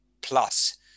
plus